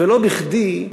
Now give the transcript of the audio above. ולא בכדי,